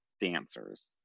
dancers